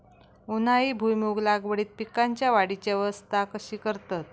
उन्हाळी भुईमूग लागवडीत पीकांच्या वाढीची अवस्था कशी करतत?